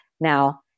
Now